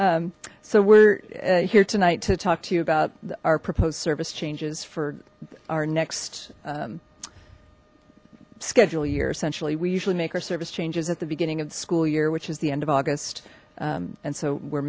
here so we're here tonight to talk to you about our proposed service changes for our next scheduled year essentially we usually make our service changes at the beginning of the school year which is the end of august and so we're